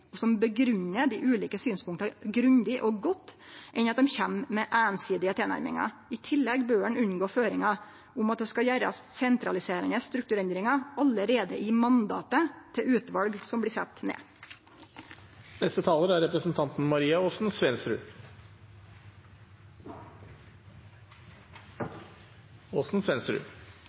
og som grunngjev dei ulike synspunkta grundig og godt, enn at dei kjem med einsidige tilnærmingar. I tillegg bør ein unngå føringar om at det skal gjerast sentraliserande strukturendringar allereie i mandatet til utval som blir